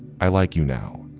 i like you now.